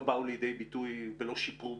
שופרו.